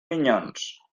minyons